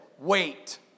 wait